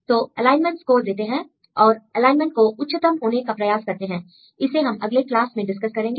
तो alignment score देते हैं और एलाइनमेंट को उच्चतम होने का प्रयास करते हैं इसे हम अगले क्लास में डिस्कस करेंगे